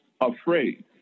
afraid